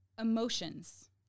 emotions